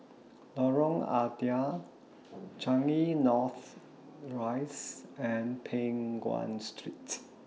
Lorong Ah Thia Changi North Rise and Peng Nguan Street